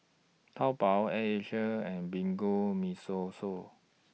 Taobao Air Asia and Bianco Mimosa